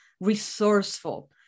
resourceful